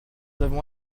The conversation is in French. avons